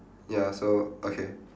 ya so okay